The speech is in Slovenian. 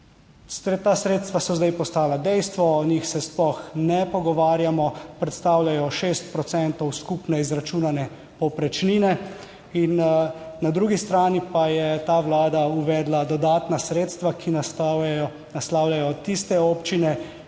sredstva so zdaj postala dejstvo, o njih se sploh ne pogovarjamo, predstavljajo 6 procentov skupne izračunane povprečnine. In na drugi strani pa je ta Vlada uvedla dodatna sredstva, ki nastajajo, naslavljajo tiste občine,